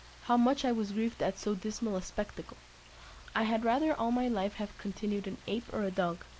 how much i was grieved at so dismal a spectacle i had rather all my life have continued an ape or a dog,